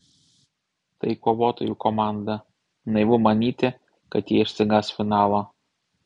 tai kovotojų komanda naivu manyti kad jie išsigąs finalo